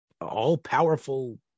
all-powerful